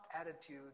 attitude